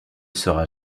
sera